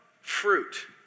fruit